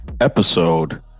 episode